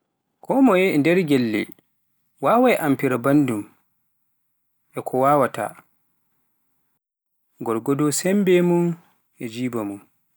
konmoye e nder gelle wawaai amfira bandum e ko wawaata, gorgodo sembe mun, e jibaa mun.